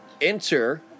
enter